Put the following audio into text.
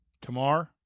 Tomorrow